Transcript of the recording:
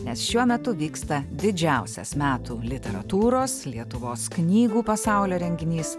nes šiuo metu vyksta didžiausias metų literatūros lietuvos knygų pasaulio renginys